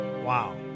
Wow